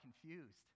Confused